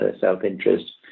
self-interest